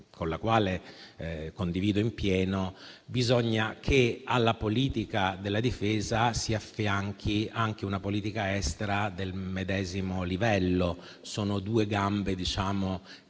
e che condivido in pieno, bisogna che alla politica della difesa si affianchi anche una politica estera del medesimo livello: sono due gambe che